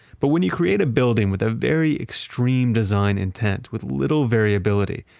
but when you create a building with a very extreme design intent with little variability,